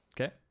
okay